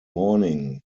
morning